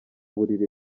buriri